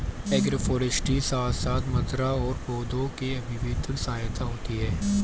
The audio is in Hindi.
एग्रोफोरेस्ट्री बायोडायवर्सिटी के साथ साथ मृदा और पौधों के अभिवृद्धि में भी सहायक होती है